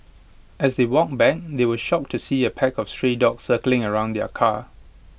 as they walked back they were shocked to see A pack of stray dogs circling around their car